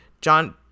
John